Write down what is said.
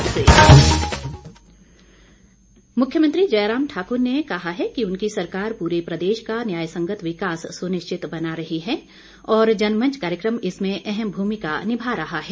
मुख्यमंत्री मुख्यमंत्री जयराम ठाकुर ने कहा है कि उनकी सरकार पूरे प्रदेश का न्यायसंगत विकास सुनिश्चित बना रही है और जनमंच कार्यक्रम इसमें अहम भूमिका निभा रहा है